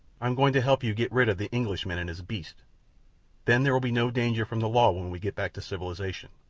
i'm going to help you get rid of the englishman and his beasts then there will be no danger from the law when we get back to civilization.